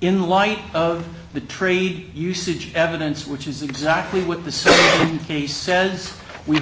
in light of the tree usage evidence which is exactly what the case says we